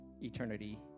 eternity